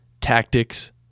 tactics